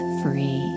free